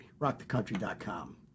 rockthecountry.com